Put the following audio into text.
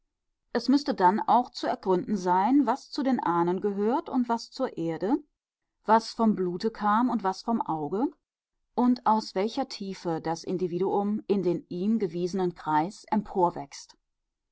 es müßte dann auch zu ergründen sein was zu den ahnen gehört und was zur erde was vom blute kam und was vom auge und aus welcher tiefe das individuum in den ihm gewiesenen kreis